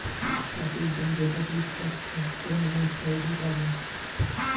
চাষের যন্ত্রপাতির তথ্য কোন ওয়েবসাইট সাইটে পাব?